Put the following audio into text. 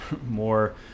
more